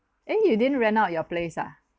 eh you didn't rent out your place ah